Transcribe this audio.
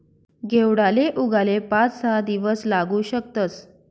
घेवडाले उगाले पाच सहा दिवस लागू शकतस